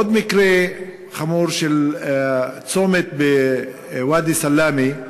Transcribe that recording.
עוד מקרה חמור של צומת, בוואדי-סלאמה,